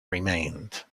remained